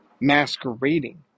masquerading